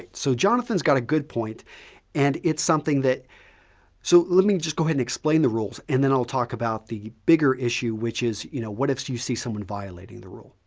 so jonathan has got a good point and it's something that so let me just go ahead and explain the rules and then i'll talk about the bigger issue, which is you know what if you see someone violating the rule.